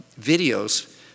videos